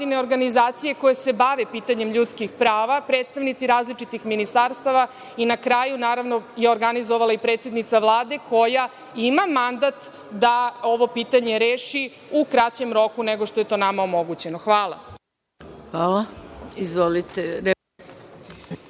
organizacije koje se bave pitanjem ljudskih prava, predstavnici različitih ministarstava i na kraju, naravno, je organizovala i predsednica Vlade koja ima mandat da ovo pitanje reši u kraćem roku nego što je to nama omogućeno. Hvala. **Maja Gojković**